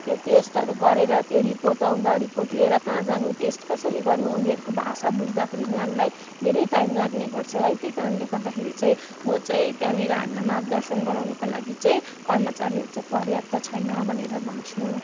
त्यो टेस्टहरू गरेर त्यो रिपोर्ट आउँदा रिपोर्ट लिएर कहाँ जानु टेस्ट कसरी गर्नु उनीहरूको भाषा बुझ्दाखेरि नै हामीलाई धेरै टाइम लाग्ने गर्छ है त्यही कारणले गर्दाखेरि चाहिँ म चाहिँ त्यहाँनिर हामीलाई मार्गदर्शन गराउनुको लागि चाहिँ कर्मचारीहरू चाहिँ पर्याप्त छैन भनेर भन्छु